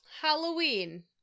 Halloween